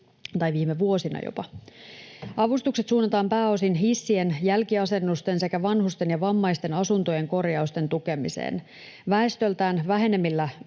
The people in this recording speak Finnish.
jopa viime vuosina. Avustukset suunnataan pääosin hissien jälkiasennusten sekä vanhusten ja vammaisten asuntojen korjausten tukemiseen, väestöltään vähenevillä